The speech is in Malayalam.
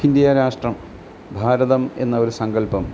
ഇന്ത്യ രാഷ്ട്രം ഭാരതം എന്ന ഒരു സങ്കല്പം